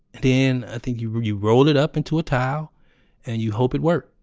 then, i think you you roll it up into a tile and you hope it worked.